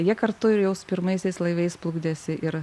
jie kartu ir jau su pirmaisiais laivais plukdėsi ir